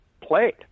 Played